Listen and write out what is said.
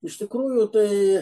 iš tikrųjų tai